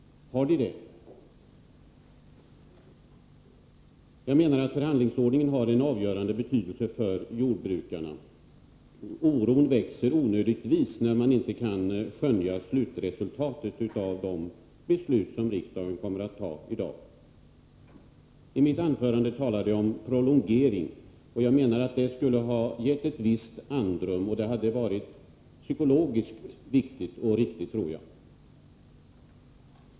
Har de det? Jag menar att förhandlingsordningen har en avgörande betydelse för jordbrukarna. Oron växer onödigtvis när man inte kan skönja slutresultatet av de beslut som riksdagen kommer att fatta i dag. I mitt anförande talade jag om prolongering. En sådan skulle ha gett ett visst andrum, och det hade varit psykologiskt viktigt och riktigt, tror jag.